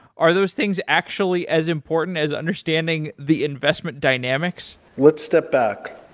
are those things actually as important as understanding the investment dynamics? let's step back.